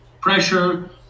pressure